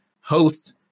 host